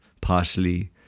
partially